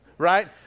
right